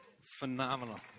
Phenomenal